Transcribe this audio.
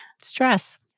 stress